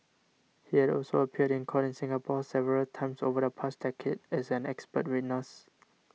he had also appeared in court in Singapore several times over the past decade as an expert witness